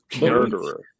Murderer